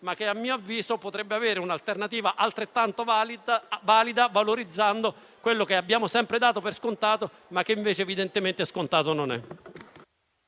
ma che, a mio avviso, potrebbe avere un'alternativa altrettanto valida, valorizzando quello che abbiamo sempre dato per scontato, ma che invece evidentemente scontato non è.